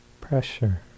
pressure